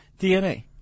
DNA